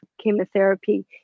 chemotherapy